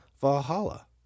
Valhalla